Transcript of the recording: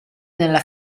nella